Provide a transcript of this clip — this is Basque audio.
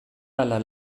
ala